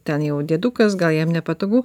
ten jau dėdukas gal jam nepatogu